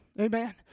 Amen